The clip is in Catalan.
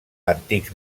antics